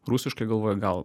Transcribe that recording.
rusiškai galvoju gal